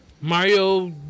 Mario